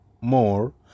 more